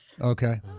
okay